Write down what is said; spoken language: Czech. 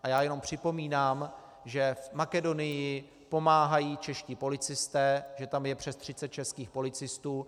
A já jenom připomínám, že v Makedonii pomáhají čeští policisté, že tam je přes 30 českých policistů.